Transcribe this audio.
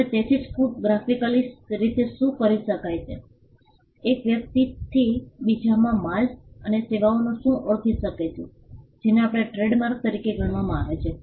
હવે તેથી શું ગ્રાફિકલી રીતે રજૂ કરી શકાય છે એક વ્યક્તિથી બીજામાં માલ અને સેવાઓને શું ઓળખી શકે છે જેને આને ટ્રેડમાર્ક તરીકે ગણવામાં આવે છે